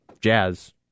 Jazz